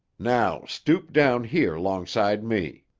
now stoop down here longside me.